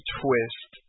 twist